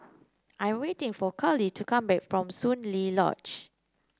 I am waiting for Karlie to come back from Soon Lee Lodge